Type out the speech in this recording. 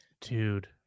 Dude